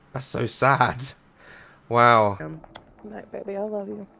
i so sad wow um like baby, i love you